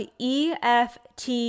EFT